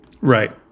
Right